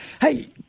Hey